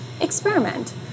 experiment